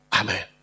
Amen